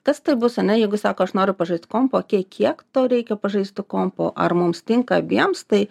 kas tai bus ane jeigu sako aš noriu pažaist kompu okei kiek tau reikia pažaisti kompu ar mums tinka abiems tai